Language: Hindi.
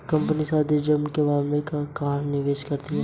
कंपनी सावधि जमा के मामले में कहाँ निवेश नहीं करना है?